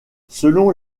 selon